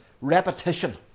repetition